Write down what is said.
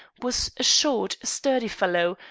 was a short, sturdy fellow,